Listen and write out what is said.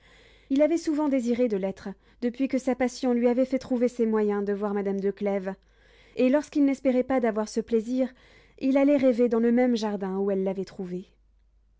il avait souvent désiré de l'être depuis que sa passion lui avait fait trouver ces moyens de voir madame de clèves et lorsqu'il n'espérait pas d'avoir ce plaisir il allait rêver dans le même jardin où elle l'avait trouvé